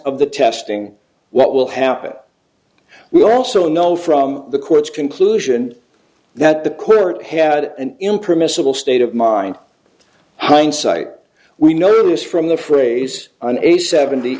of the testing what will happen we also know from the court's conclusion that the current had an impermissible state of mind hindsight we notice from the phrase on a seventy